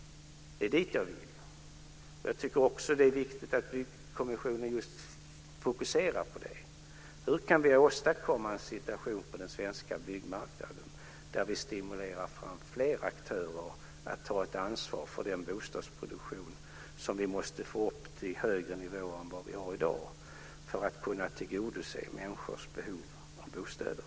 Dit vill jag. Det är också viktigt att tillsatt byggkommission fokuserar just på hur vi kan åstadkomma en situation på den svenska byggmarknaden där vi stimulerar fram fler aktörer att ta ett ansvar för den bostadsproduktion som vi måste få upp till högre nivåer än som i dag är fallet för att kunna tillgodose människors behov av bostäder.